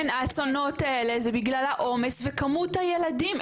וזה כן האסונות זה בגלל העומס וכמות הילדים,